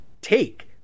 take